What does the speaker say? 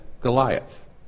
Goliath